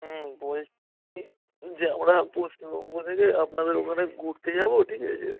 হুম বলছি যে আমরা পশ্চিমবঙ্গ থেকে আপনাদের ওখানে ঘুরতে যাব ঠিক আছে